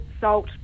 salt